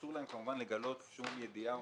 שאסור להם כמובן לגלות שום ידיעה או